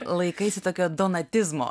laikaisi tokio donatizmo